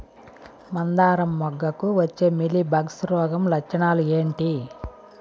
మందారం మొగ్గకు వచ్చే మీలీ బగ్స్ రోగం లక్షణాలు ఏంటి?